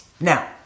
Now